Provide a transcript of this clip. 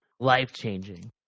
life-changing